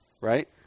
right